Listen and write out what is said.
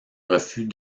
refus